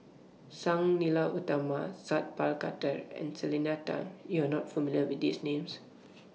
Sang Nila Utama Sat Pal Khattar and Selena Tan YOU Are not familiar with These Names